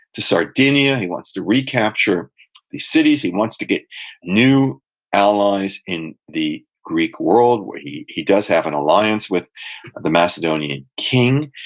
to sardinia, he wants to recapture these cities, he wants to get new allies in the greek world, where he he does have an alliance with the macedonian king.